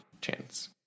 chance